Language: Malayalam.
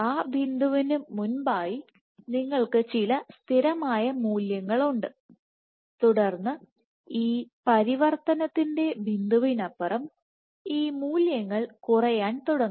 ആ ബിന്ദുവിന് മുമ്പായി നിങ്ങൾക്ക് ചില സ്ഥിരമായ മൂല്യമുണ്ട് തുടർന്ന് ഈ പരിവർത്തനത്തിന്റെ ബിന്ദുവിനപ്പുറം ഈ മൂല്യങ്ങൾ കുറയാൻ തുടങ്ങും